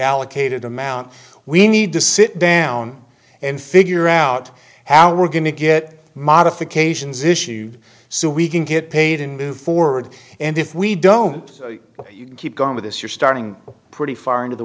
allocated amount we need to sit down and figure out how we're going to get modifications issue so we can get paid in move forward and if we don't keep going with this you're starting pretty far